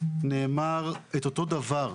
נאמר אותו דבר.